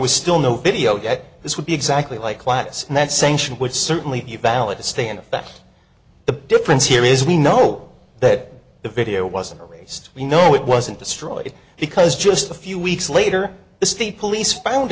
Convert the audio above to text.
was still no video yet this would be exactly like last night sanction would certainly be valid a stand that the difference here is we know that the video wasn't raised we know it wasn't destroyed because just a few weeks later the state police found